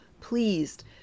pleased